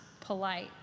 polite